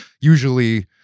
usually